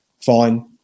Fine